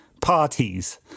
parties